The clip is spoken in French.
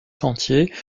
sentiers